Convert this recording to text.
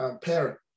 parent